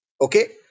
okay